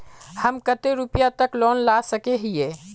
हम कते रुपया तक लोन ला सके हिये?